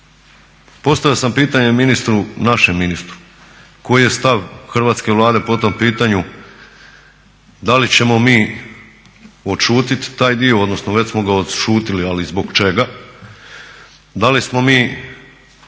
Postavio sam pitanje ministru, našem ministru, koji je stav Hrvatske vlade po tom pitanju da li ćemo mi odšutjeti taj dio, odnosno već smo ga odšutjeli, ali zbog čega? Da li smo mi